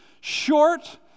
short